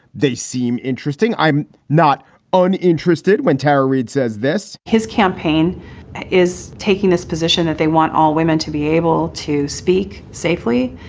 they seem interesting. i'm not uninterested when tara reid says this his campaign is taking this position that they want all women to be able to speak safely.